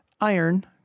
Iron